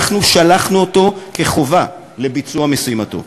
אנחנו שלחנו אותו כחובה לביצוע משימתו.